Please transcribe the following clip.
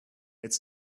it’s